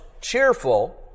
cheerful